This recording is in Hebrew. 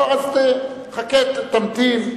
לא, אז חכה, תמתין.